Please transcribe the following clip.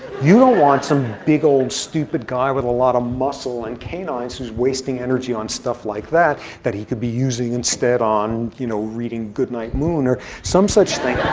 you don't want some big old stupid guy with a lot of muscle and canines who's wasting energy on stuff like that that he could be using instead on you know reading goodnight moon or some such thing.